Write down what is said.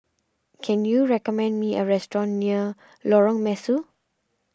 can you recommend me a restaurant near Lorong Mesu